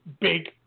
big